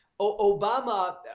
Obama